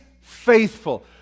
faithful